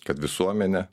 kad visuomenė